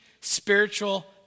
spiritual